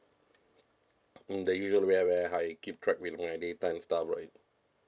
mm the usual way where I keep track with my data and stuff right